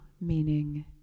meaning